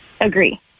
agree